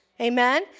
Amen